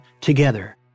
together